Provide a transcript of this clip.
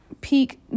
Peak